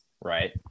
right